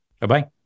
Bye-bye